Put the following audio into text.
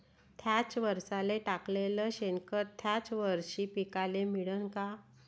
थ्याच वरसाले टाकलेलं शेनखत थ्याच वरशी पिकाले मिळन का?